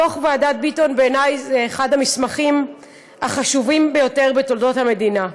דוח ועדת ביטון בעיני זה אחד המסמכים החשובים ביותר בתולדות המדינה.